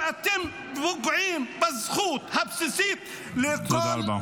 כשאתם פוגעים בזכות הבסיסית -- תודה רבה.